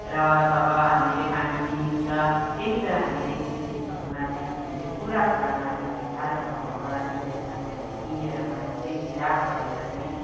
र जब हामीले पानी किनिन्छ त्यतिबेला हामीले सिन्टेक्सहरूमा चाहिँ हामीले पुरा पुरा पानी तिन चार वडा सिन्टेक्समा चाहिँ हामी किनेर पानी चाहिँ रिजर्भ गरेर चाहिँ